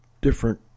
different